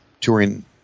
touring